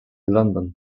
london